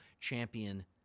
champion